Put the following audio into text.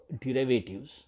derivatives